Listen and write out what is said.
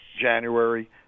January